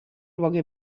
luoghi